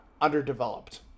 underdeveloped